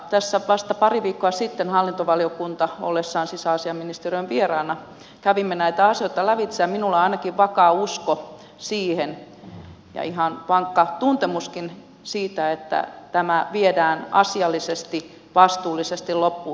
tässä vasta pari viikkoa sitten hallintovaliokunnan ollessa sisäasiainministeriön vieraana kävimme näitä asioita lävitse ja minulla on ainakin vakaa usko siihen ja ihan vankka tuntemuskin siitä että tämä viedään asiallisesti vastuullisesti loppuun